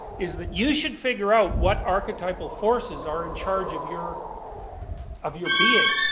is that you should figure out what archetypal forces are in charge of your of your being.